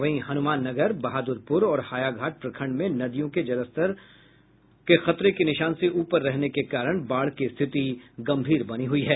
वहीं हनुमान नगर बहादुरपुर और हायाघाट प्रखंड में नदियों के जलस्तर खतरे के निशान से ऊपर रहने के कारण बाढ़ की स्थिति गंभीर बनी हुई है